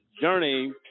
journey